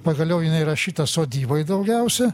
pagaliau jinai rašyta sodyboj daugiausia